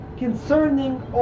concerning